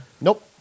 Nope